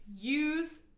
use